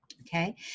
okay